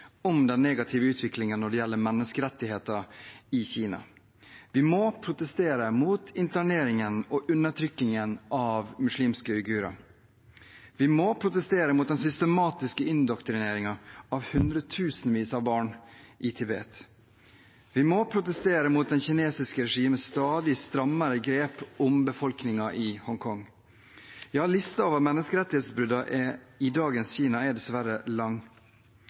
om den negative utviklingen når det gjelder menneskerettigheter i Kina. Vi må protestere mot interneringen og undertrykkingen av muslimske uigurer. Vi må protestere mot den systematiske indoktrineringen av hundretusenvis av barn i Tibet. Vi må protestere mot det kinesiske regimets stadig strammere grep om befolkningen i Hongkong. Ja, listen over menneskerettighetsbrudd i dagens Kina er dessverre lang.